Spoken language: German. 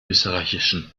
österreichischen